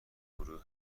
گروه